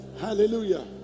Hallelujah